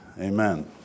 Amen